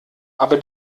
aber